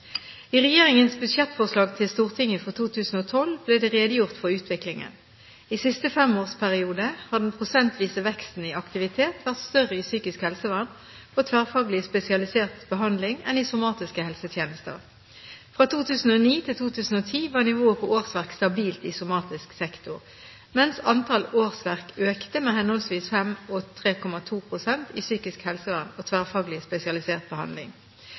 I regjeringens budsjettforslag til Stortinget for 2012 ble det redegjort for utviklingen. I siste femårsperiode har den prosentvise veksten i aktivitet vært større i psykisk helsevern og tverrfaglig spesialisert behandling enn i somatiske helsetjenester. Fra 2009 til 2010 var nivået på årsverk stabilt i somatisk sektor, mens antall årsverk økte med henholdsvis 5 pst. og 3,2 pst. i psykisk helsevern og tverrfaglig spesialisert behandling.